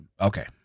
Okay